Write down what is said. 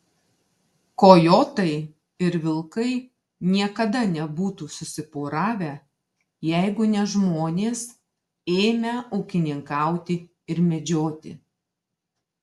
kojotai ir vilkai niekada nebūtų susiporavę jeigu ne žmonės ėmę ūkininkauti ir medžioti